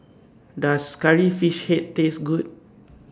Does Curry Fish Head Taste Good